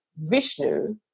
Vishnu